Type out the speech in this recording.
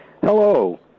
Hello